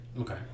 Okay